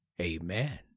amen